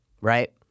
Right